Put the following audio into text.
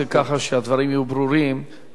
שהדברים יהיו ברורים על מנת,